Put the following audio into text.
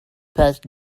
put